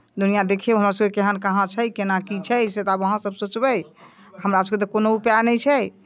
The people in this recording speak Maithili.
दुनिआँ देखियौ हमरासभके केहन कहाँ छै केना की छै से तऽ आब अहाँसभ सोचबै हमरासभके तऽ कोनो उपाय नहि छै